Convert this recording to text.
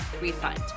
refund